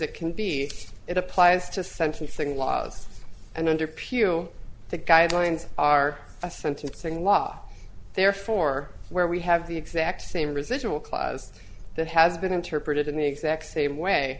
it can be it applies to sentencing laws and under pugh the guidelines are a sentencing law therefore where we have the exact same residual clause that has been interpreted in the exact same way